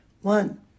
One